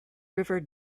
river